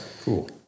Cool